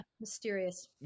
mysterious